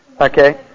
Okay